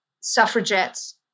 suffragettes